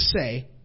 say